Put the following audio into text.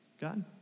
God